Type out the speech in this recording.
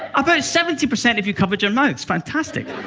about seventy percent of you covered your mouths, fantastic!